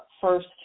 first